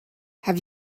have